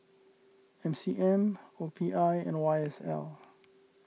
M C M O P I and Y S L